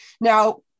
now